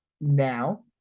now